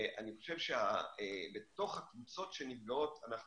אני חושב שבתוך הקבוצות שנפגעות אנחנו